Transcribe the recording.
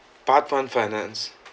part one finance